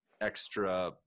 extra